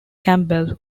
campbell